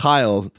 Kyle